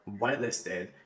whitelisted